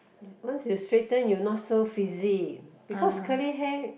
once you straighten you not so fizzy because curly hair